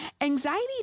Anxiety